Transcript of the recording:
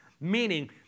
Meaning